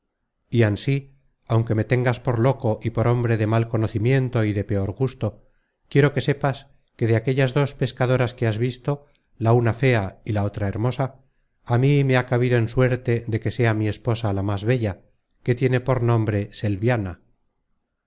y ansí aunque me tengas por loco y por hombre de mal conocimiento y de peor gusto quiero que sepas que de aquellas dos pescadoras que has visto la una fea y la otra hermosa a mí me ha cabido en suerte de que sea mi esposa la más bella que tiene por nombre